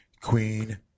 Queen